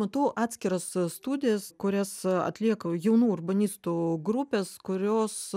matau atskiras studijas kurias atlieka jaunų urbanistų grupės kurios